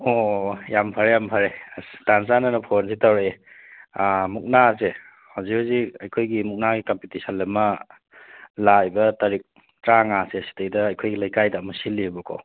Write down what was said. ꯑꯣ ꯌꯥꯝ ꯐꯔꯦ ꯌꯥꯝ ꯐꯔꯦ ꯑꯁ ꯇꯥꯟ ꯆꯥꯅꯅ ꯐꯣꯟꯁꯤ ꯇꯧꯔꯛꯏ ꯃꯨꯛꯅꯥꯁꯦ ꯍꯧꯖꯤꯛ ꯍꯧꯖꯤꯛ ꯑꯩꯈꯣꯏꯒꯤ ꯃꯨꯛꯅꯥꯒꯤ ꯀꯝꯄꯤꯇꯤꯁꯟ ꯑꯃ ꯂꯥꯛꯂꯤꯕ ꯇꯥꯔꯤꯛ ꯇꯔꯥ ꯃꯉꯥꯁꯦ ꯁꯤꯗꯩꯗ ꯑꯩꯈꯣꯏꯒꯤ ꯂꯩꯀꯥꯏꯗ ꯑꯃ ꯁꯤꯜꯂꯤꯌꯦꯕꯀꯣ